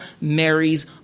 Mary's